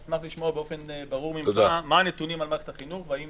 אשמח לשמוע באופן ברור ממך מה הנתונים של מערכת החינוך והאם